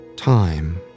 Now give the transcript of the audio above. Time